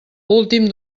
últim